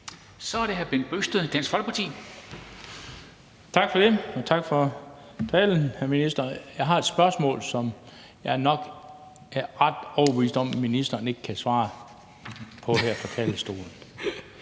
Kl. 14:11 Bent Bøgsted (DF): Tak for det, og tak for talen, hr. minister. Jeg har et spørgsmål, som jeg nok er ret overbevist om ministeren ikke kan svare på her fra talerstolen.